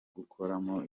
gukoreramo